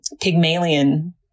Pygmalion